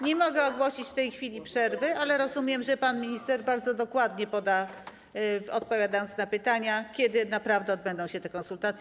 Nie mogę ogłosić w tej chwili przerwy, ale rozumiem, że pan minister bardzo dokładnie poda, odpowiadając na pytania, kiedy naprawdę odbędą się te konsultacje.